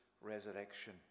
resurrection